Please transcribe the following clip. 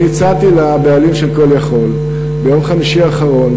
אני הצעתי לבעלים של "call יכול" ביום חמישי האחרון,